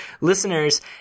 Listeners